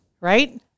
right